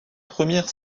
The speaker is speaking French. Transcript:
première